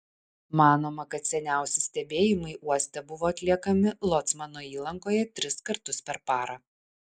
manoma kad seniausi stebėjimai uoste buvo atliekami locmano įlankoje tris kartus per parą